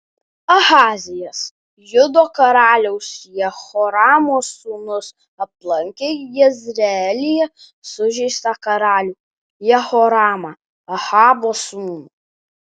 ahazijas judo karaliaus jehoramo sūnus aplankė jezreelyje sužeistą karalių jehoramą ahabo sūnų